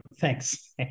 Thanks